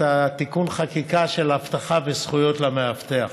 את תיקון החקיקה של אבטחה וזכויות למאבטח.